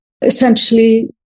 Essentially